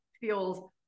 feels